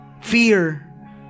fear